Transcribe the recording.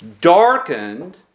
darkened